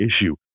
issue